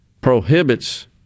prohibits